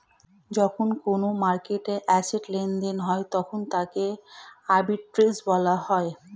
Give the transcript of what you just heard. যখন কোনো মার্কেটে অ্যাসেট্ লেনদেন হয় তখন তাকে আর্বিট্রেজ বলা হয়